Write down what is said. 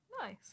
nice